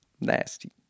nasty